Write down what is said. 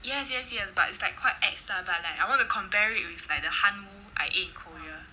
yes yes yes but it's like quite ex~ lah but like I wanna compare it with the hanwoo I ate in korea